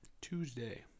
Tuesday